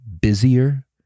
busier